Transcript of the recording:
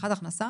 הבטחת הכנסה